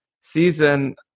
season